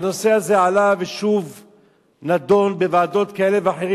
הנושא הזה עלה ושוב נדון בוועדות כאלה ואחרות.